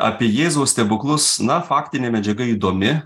apie jėzaus stebuklus na faktinė medžiaga įdomi